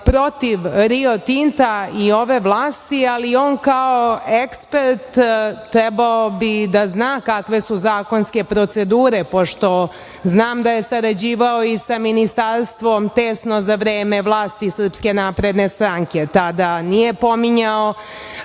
protiv Rio Tinta i ove vlasti, ali on kao ekspert trebao bi da zna kakve su zakonske procedure pošto znam da je sarađivao i sa Ministarstvom tesno za vreme vlasti SNS. Tada nije pominjao